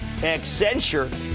Accenture